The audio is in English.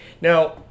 now